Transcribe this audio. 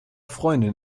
freundin